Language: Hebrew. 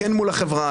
כן מול החברה,